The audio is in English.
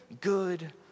good